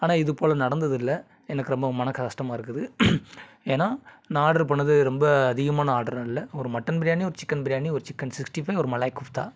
ஆனால் இது போல் நடந்தது இல்லை எனக்கு ரொம்ப மனக் கஷ்டமாக இருக்குது ஏன்னா நான் ஆர்டர் பண்ணது ரொம்ப அதிகமான ஆர்டரும் இல்லை ஒரு மட்டன் பிரியாணி ஒரு சிக்கன் பிரியாணி ஒரு சிக்கன் சிக்ஸ்ட்டி ஃபைவ் ஒரு மலாய் குஃப்த்தா